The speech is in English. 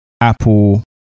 Apple